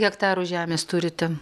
hektarų žemės turite